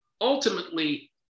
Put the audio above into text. ultimately